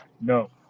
no